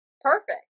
perfect